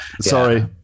sorry